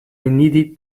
needed